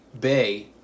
Bay